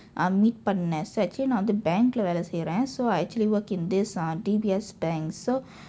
um meet பண்ணெண்:panneen so actually நான் வந்து:naan vandthu bank இல்ல வேலை செய்கிறேன்:illa veelai seykireen so I actually work in this ah D_B_S bank so